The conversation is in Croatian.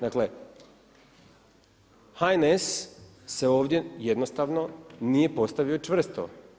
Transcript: Dakle, HNS se ovdje jednostavno nije postavio čvrsto.